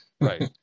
Right